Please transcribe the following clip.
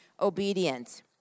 obedient